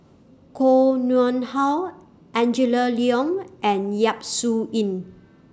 Koh Nguang How Angela Liong and Yap Su Yin